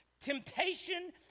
Temptation